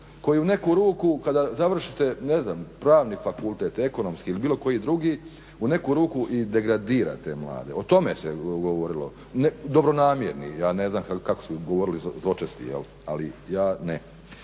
koji u neku ruku kada završite ne znam, pravni fakultet, ekonomski ili bilo koji drugi u neku ruku i degradira te mlade, o tome se govorilo, dobronamjerni, ja ne znam kako su govorili zločesti ali ja ne.